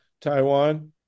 Taiwan